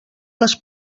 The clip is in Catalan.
les